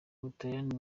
ubutaliyani